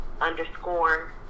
underscore